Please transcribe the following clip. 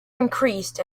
increased